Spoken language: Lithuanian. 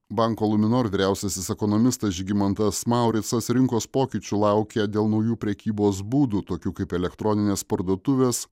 banko luminor vyriausiasis ekonomistas žygimantas mauricas rinkos pokyčių laukia dėl naujų prekybos būdų tokių kaip elektronines parduotuves